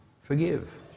forgive